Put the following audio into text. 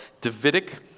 Davidic